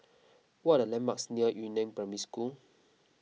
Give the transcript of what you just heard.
what are the landmarks near Yu Neng Primary School